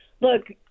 Look